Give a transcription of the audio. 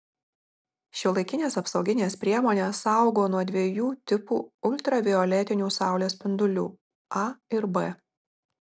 šiuolaikinės apsauginės priemonės saugo nuo dviejų tipų ultravioletinių saulės spindulių a ir b